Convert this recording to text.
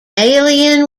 alien